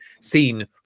seen